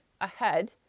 ahead